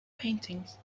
paintings